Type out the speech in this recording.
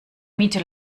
miete